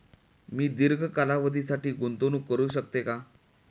मी दीर्घ कालावधीसाठी गुंतवणूक करू शकते का?